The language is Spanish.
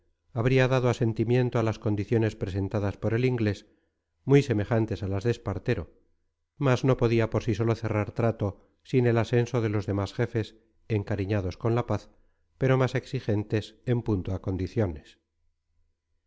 habría dado asentimiento a las condiciones presentadas por el inglés muy semejantes a las de espartero mas no podía por sí solo cerrar trato sin el asenso de los demás jefes encariñados con la paz pero más exigentes en punto a condiciones